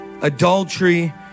adultery